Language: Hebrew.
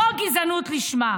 זו גזענות לשמה.